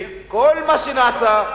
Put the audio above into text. וכל מה שנעשה,